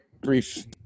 brief